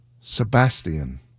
Sebastian